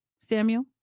Samuel